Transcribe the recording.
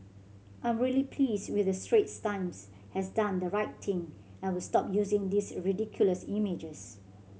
I'm really pleased with the Straits Times has done the right thing and will stop using these ridiculous images